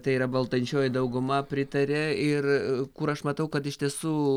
tai yra valdančioji dauguma pritarė ir kur aš matau kad iš tiesų